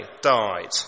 died